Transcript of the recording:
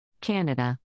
Canada